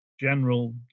general